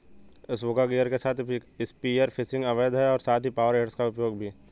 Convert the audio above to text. scuba gear के साथ spear fishing अवैध है और साथ ही पावर हेड्स का उपयोग भी